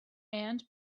and